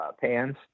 pans